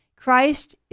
Christ